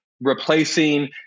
replacing